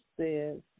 says